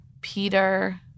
Peter